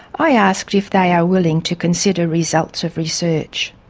i asked if they are willing to consider results of research.